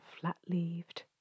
flat-leaved